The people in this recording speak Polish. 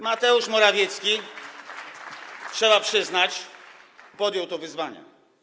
Mateusz Morawiecki, trzeba przyznać, podjął to wyzwanie.